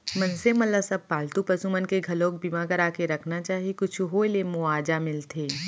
मनसे मन ल सब पालतू पसु मन के घलोक बीमा करा के रखना चाही कुछु होय ले मुवाजा मिलथे